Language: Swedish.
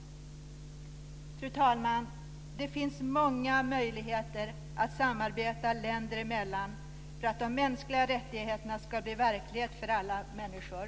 Fru talman! Det finns många möjligheter att samarbeta länder emellan för att de mänskliga rättigheterna ska bli verklighet för alla människor.